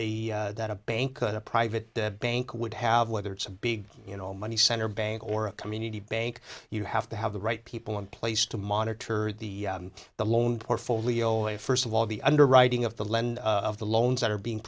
that that a bank a private bank would have whether it's a big you know money center banks or a community bank you have to have the right people in place to monitor the the loan portfolio and first of all the underwriting of the lender of the loans that are being